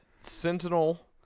sentinel